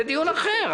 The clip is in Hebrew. זה דיון אחר,